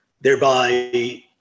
thereby